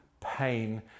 pain